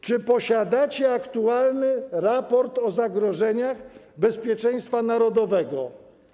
Czy posiadacie aktualny raport o zagrożeniach bezpieczeństwa narodowego?